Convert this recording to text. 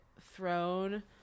thrown